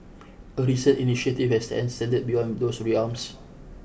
a recent initiative has extended beyond those realms